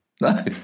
No